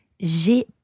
J'ai